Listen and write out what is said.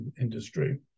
industry